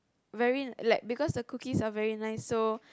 very like because the cookies are very nice so